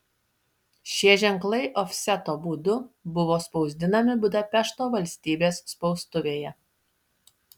šie ženklai ofseto būdu buvo spausdinami budapešto valstybės spaustuvėje